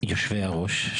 שני יושבי הראש,